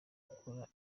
gukora